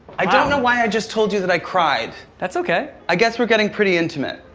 i don't know why i just told you that i cried. that's okay. i guess we're getting pretty intimate.